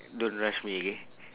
don't rush me okay